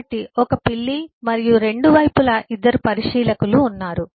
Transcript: కాబట్టి ఒక పిల్లి మరియు 2 వైపులా ఇద్దరు పరిశీలకులు ఉన్నారు